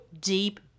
deep